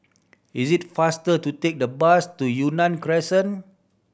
it is faster to take the bus to Yunnan Crescent